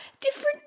different